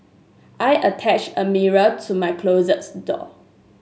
I attached a mirror to my closet door